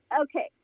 okay